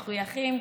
מחויכים,